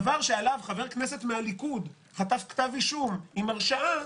דבר שעליו חבר הכנסת מהליכוד חטף כתב אישום עם הרשעה,